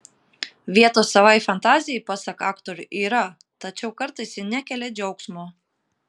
vietos savai fantazijai pasak aktorių yra tačiau kartais ji nekelia džiaugsmo